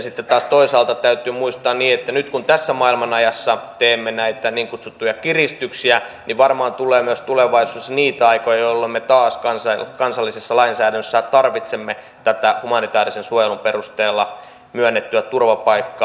sitten taas toisaalta täytyy muistaa että nyt kun tässä maailman ajassa teemme näitä niin kutsuttuja kiristyksiä niin varmaan tulee myös tulevaisuudessa niitä aikoja jolloin me taas kansallisessa lainsäädännössä tarvitsemme tätä humanitäärisen suojelun perusteella myönnettyä turvapaikkaa